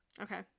Okay